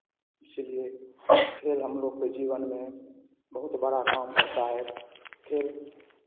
इसीलिए खेल हम लोग के जीवन में बहुत बड़ा काम करता है खेल